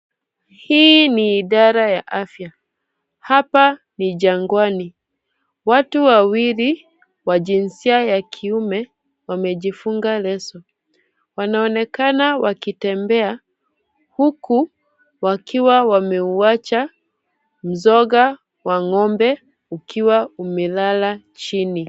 Hii ni idara ya afya. Hapa ni jangwani. Watu wawili wa jinsia ya kiume wamejifunga leso. Wanaonekana wakitembea huku wakiwa wameuacha mzoga wa ng'ombe ukiwa umelala chini.